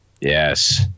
Yes